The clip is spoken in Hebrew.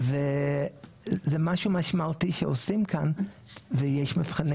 זה משהו משמעותי שעושים כאן ויש מבחני